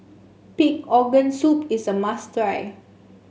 Pig Organ Soup is a must try